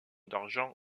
d’argent